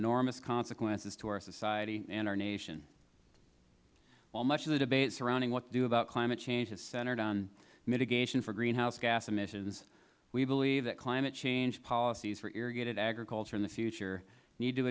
normous consequences to our society and our nation while much of the debate surrounding what to do about climate change is centered on mitigation for greenhouse gas emissions we believe that climate change policies for irrigated agriculture in the future